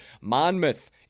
Monmouth